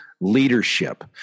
leadership